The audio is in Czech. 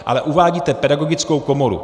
Ale uvádíte Pedagogickou komoru.